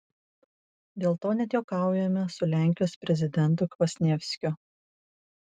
dėl to net juokaujame su lenkijos prezidentu kvasnievskiu